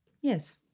Yes